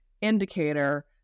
indicator